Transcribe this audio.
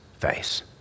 face